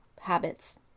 habits